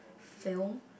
film